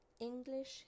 English